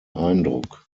eindruck